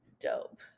Dope